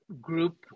group